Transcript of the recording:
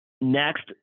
Next